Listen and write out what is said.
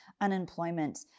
unemployment